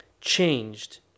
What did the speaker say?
changed